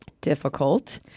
difficult